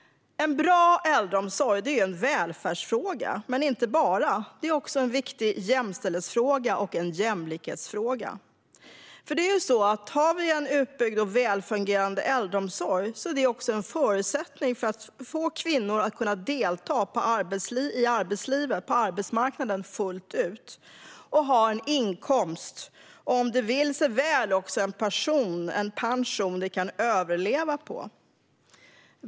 En bra äldreomsorg är en välfärdsfråga, men inte bara det. Det är också en viktig jämställdhetsfråga och jämlikhetsfråga. En utbyggd och välfungerande äldreomsorg är också en förutsättning för att kvinnor ska kunna delta i arbetslivet fullt ut och ha en inkomst, och om det vill sig väl också en pension som de kan överleva på.